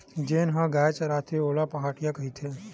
जेन ह गाय चराथे ओला पहाटिया कहिथे